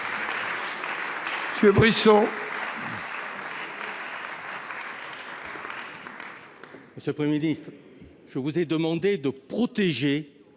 Monsieur le Premier ministre, je vous ai demandé de protéger